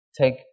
take